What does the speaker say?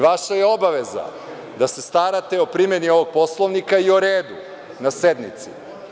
Vaša je obaveza da se starate o primeni ovog Poslovnika i o redu na sednici.